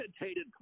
agitated